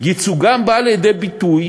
ייצוגן בא לידי ביטוי